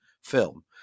film